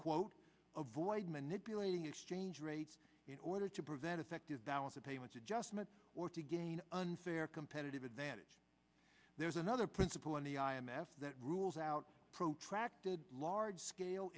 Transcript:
quote a voice manipulating exchange rates in order to prevent effective balance of payments adjustment or to gain unfair competitive advantage there is another principle in the i m f that rules out protracted large scale